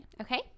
Okay